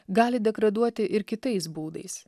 gali degraduoti ir kitais būdais